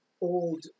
old